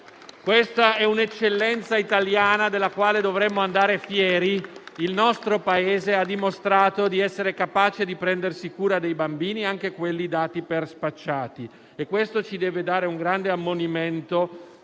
Questa è un'eccellenza italiana della quale dovremmo andare fieri. Il nostro Paese ha dimostrato di essere capace di prendersi cura dei bambini, anche quelli dati per spacciati e questo ci deve dare un grande ammonimento